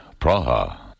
Praha